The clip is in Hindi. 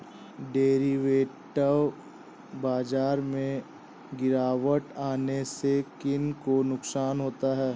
डेरिवेटिव बाजार में गिरावट आने से किन को नुकसान होता है?